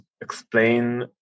explain